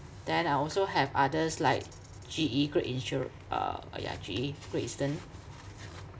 then I also have others like G_E great insur~ uh yeah G_E Great Eastern